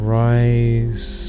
rise